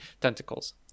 tentacles